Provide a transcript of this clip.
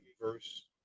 verse